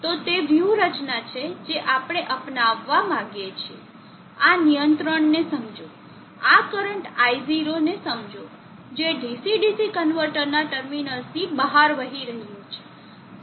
તો તે વ્યૂહરચના છે જે આપણે અપનાવવા માંગીએ છીએ આ નિયંત્રણને સમજો આ કરંટ i0 ને સમજો જે DC DC કન્વર્ટરના ટર્મિનલ્સની બહાર વહી રહ્યો છે